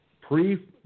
pre